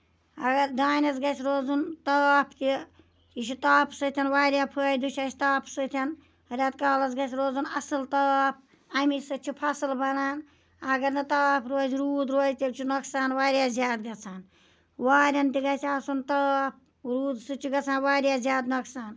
اَگر دانیس گژھِ روزُن تاپھ تہِ یہِ چھُ تاپہٕ سۭتۍ واریاہ فٲیدٕ چھُ اَسہِ تاپھٕ سۭتۍ رٮ۪تھ کالَس گژھِ روزُن اَصٕل تاپھ اَمی سۭتۍ چھُ فَصل بَنان اَگر نہٕ تاپھ روزِ روٗد روزِ تیلہِ چھُ نۄقصان واریاہ زیادٕ گژھان وارین تہِ گژھِ آسُن تاپھ روٗدٕ سۭتۍ چھُ گژھان واریاہ زیادٕ نۄقصان